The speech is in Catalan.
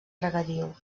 regadiu